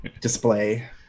display